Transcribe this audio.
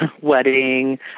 wedding